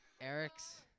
Eric's